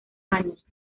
años